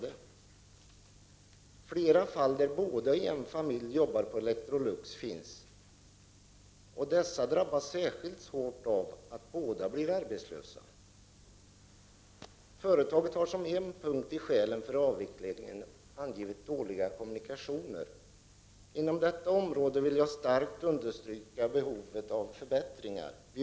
Det finns flera fall där båda i en familj jobbar på Electrolux, och dessa drabbas särskilt hårt av att bli arbetslösa. Företaget har som en punkt i skälen för avvecklingen angivit dåliga kommunikationer. Jag vill starkt understryka behovet av förbättringar inom detta område.